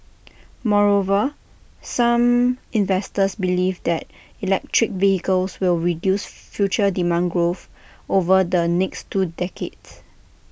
moreover some investors believe that electric vehicles will reduce future demand growth over the next two decades